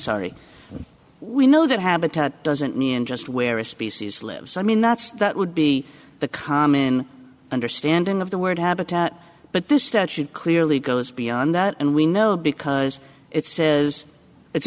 sorry we know that habitat doesn't mean just where a species lives i mean that's that would be the common understanding of the word habitat but the statute clearly goes beyond that and we know because it says it's